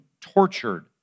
tortured